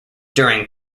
during